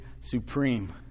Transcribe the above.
Supreme